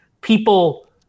people